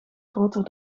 groter